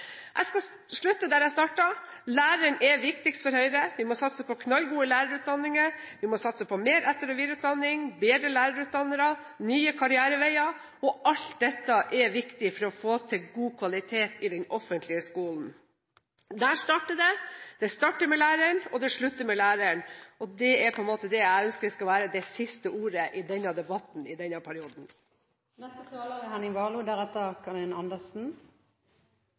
Jeg skal slutte der jeg startet: Læreren er viktigst for Høyre. Vi må satse på knallgode lærerutdanninger, mer etter- og videreutdanning, bedre lærerutdannere og nye karriereveier. Alt dette er viktig for å få til god kvalitet i den offentlige skolen. Der starter det – det starter med læreren, og det slutter med læreren. Og det er på en måte det jeg ønsker skal være det siste ordet i denne debatten i denne perioden.